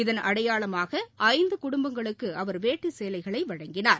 இதன் அடையாளமாக ஐந்து குடும்பங்களுக்கு அவர் வேட்டி சேலைகளை வழங்கினார்